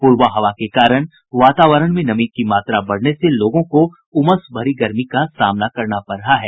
पूरबा हवा के कारण वातावरण में नमी की मात्रा बढ़ने से लोगों को उमस भरी गर्मी का सामना करना पड़ रहा है